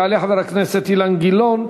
יעלה חבר הכנסת אילן גילאון,